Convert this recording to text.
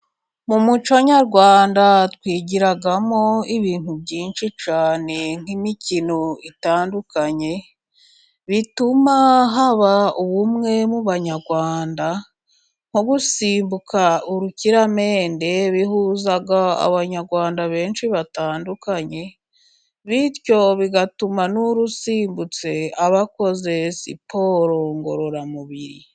Mu muco nyarwanda twigiramo ibintu byinshi cyane nk'imikino itandukanye， bituma haba ubumwe mu banyarwanda， nko gusimbuka urukiramende， bihuza abanyarwanda benshi batandukanye，bityo bigatuma n'urusimbutse，aba akoze siporo ngororamubiri.